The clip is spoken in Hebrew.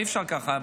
אי-אפשר ככה,